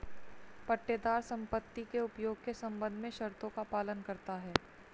पट्टेदार संपत्ति के उपयोग के संबंध में शर्तों का पालन करता हैं